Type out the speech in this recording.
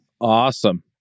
awesome